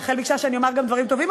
רחל ביקשה שאני אומר גם דברים טובים,